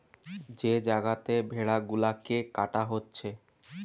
যে জাগাতে ভেড়া গুলাকে কাটা হচ্ছে